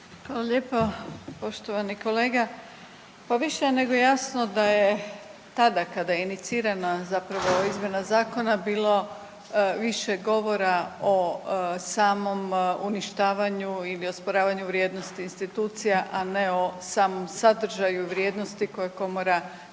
Hvala lijepo. Poštovani kolega pa više je nego jasno da je tada kada je inicirana zapravo izmjena zakona bilo više govora o samom uništavanju ili osporavanju vrijednosti institucija, a ne o samom sadržaju i vrijednosti koje komora svih